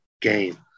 game